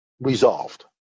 resolved